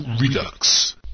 Redux